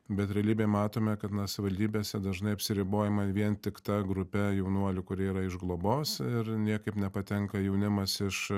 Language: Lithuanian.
bet realybėje matome kad na savivalstybėse dažnai apsiribojama vien tik ta grupe jaunuolių kurie yra iš globos ir niekaip nepatenka jaunimas iš